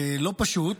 לא פשוט,